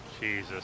jesus